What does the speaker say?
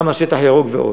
גם על שטח ירוק ועוד.